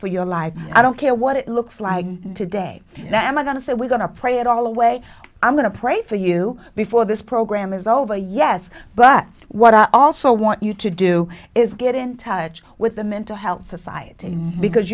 for your life i don't care what it looks like today now am i going to say we're going to pray it all away i'm going to pray for you before this program is over yes but what i also want you to do is get in touch with the mental health society because